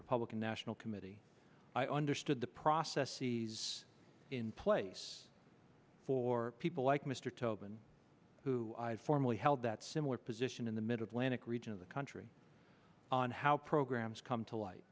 republican national committee i understood the process he's in place for people like mr tobin who had formally held that similar position in the mid atlantic region of the country on how programs come to light